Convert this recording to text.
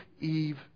Eve